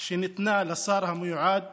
שניתנה לשר המיועד